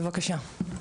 בבקשה.